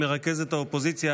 מרכזת האופוזיציה,